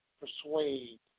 persuade